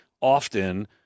often